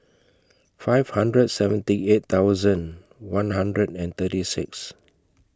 five hundred and seventy eight thousand one hundred and thirty six